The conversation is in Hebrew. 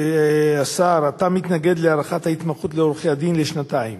אתה מתנגד להארכת ההתמחות של עורכי-הדין לשנתיים.